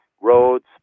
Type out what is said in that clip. roads